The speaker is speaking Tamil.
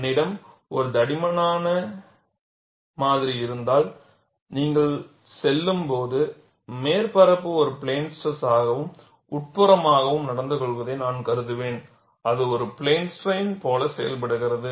என்னிடம் ஒரு தடிமனான மாதிரி இருந்தால் நீங்கள் செல்லும் போது மேற்பரப்பு ஒரு பிளேன் ஸ்ட்ரெஸ் ஆகவும் உட்புறமாகவும் நடந்து கொள்வதை நான் கருதுவேன் அது ஒரு பிளேன் ஸ்ட்ரைன் போல செயல்படுகிறது